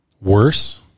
Worse